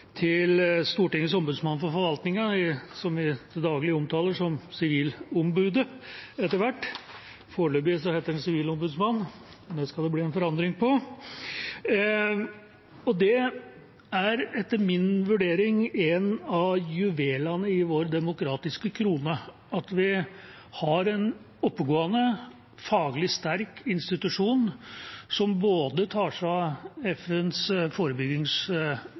til Stortingets ombudsmann for forvaltningen, som vi til daglig omtaler som Sivilombudet – etter hvert. Foreløpig heter det Sivilombudsmannen, men det skal det bli en forandring på. Det er etter min vurdering en av juvelene i vår demokratiske krone at vi har en oppegående, faglig sterk institusjon som tar seg av FNs